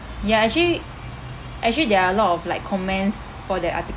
ya actually actually there are a lot of like comments for that article